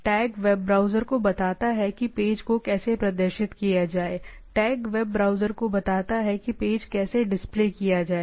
tag web browser को बताता है कि पेज को कैसे प्रदर्शित किया जाए टैग वेब ब्राउज़र को बताता है कि पेज कैसे डिस्प्ले किया जाए